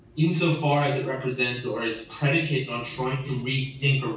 insofar as it represents or is predicated on trying to rethink,